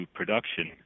production